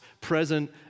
present